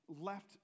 left